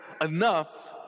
enough